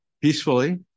peacefully